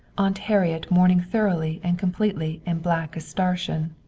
aunt harriet mourning thoroughly and completely in black astrachan.